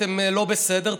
אתם לא בסדר,